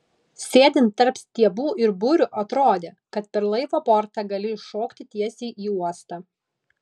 sėdint tarp stiebų ir burių atrodė kad per laivo bortą gali iššokti tiesiai į uostą